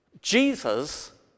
Jesus